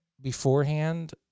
beforehand